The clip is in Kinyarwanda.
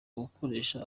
gukoresha